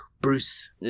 Bruce